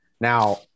now